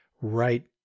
right